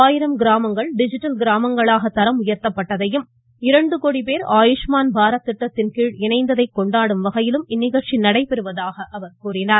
ஆயிரம் கிராமங்கள் டிஜிட்டல் கிராமங்களாக தரம் உயர்த்தப்பட்டதையும் இரண்டு கோடி பேர் ஆயுஷ்மான் பாரத் திட்டத்தின்கீழ் இணைந்ததை கொண்டாடும் வகையிலும் இந்நிகழ்ச்சி நடைபெறுவதாக அவர் கூறினார்